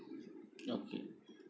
okay